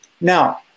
Now